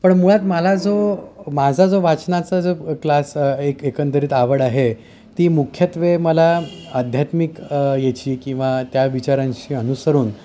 पण मुळात मला जो माझा जो वाचनाचा जो क्लास एक एकंदरीत आवड आहे ती मुख्यत्वे मला आध्यात्मिक याची किंवा त्या विचारांशी अनुसरून